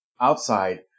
outside